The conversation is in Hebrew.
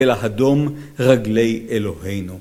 אלא הדום רגלי אלוהינו.